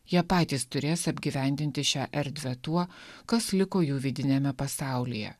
jie patys turės apgyvendinti šią erdvę tuo kas liko jų vidiniame pasaulyje